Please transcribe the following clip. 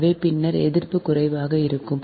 எனவே பின்னர் எதிர்ப்பு குறைவாக இருக்கும்